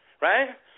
right